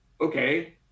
okay